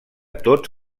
tots